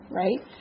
right